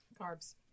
carbs